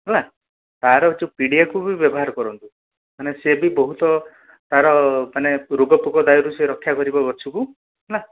ହେଲା ତା'ର ଯୋଉ ପିଡ଼ିଆକୁ ବି ବ୍ୟବହାର କରନ୍ତୁ ମାନେ ସେ ବି ବହୁତ ତା'ର ମାନେ ରୋଗ ଫୋଗ ଦାଉରୁ ସେ ରକ୍ଷା କରିବ ଗଛକୁ ହେଲା